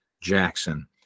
Jackson